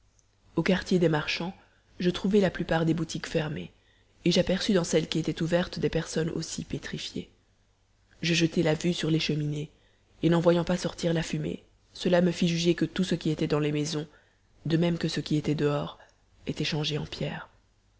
au quartier des marchands je trouvai la plupart des boutiques fermées et j'aperçus dans celles qui étaient ouvertes des personnes aussi pétrifiées je jetai la vue sur les cheminées et n'en voyant pas sortir la fumée cela me fit juger que tout ce qui était dans les maisons de même que ce qui était dehors était changé en pierre